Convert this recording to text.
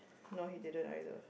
no he didn't either